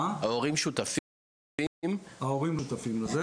ההורים לא שותפים לזה.